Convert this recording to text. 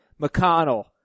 McConnell